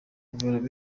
guverinoma